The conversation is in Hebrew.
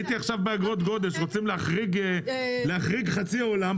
הייתי עכשיו באגרות גודש שרוצים שם להחריג חצי עולם.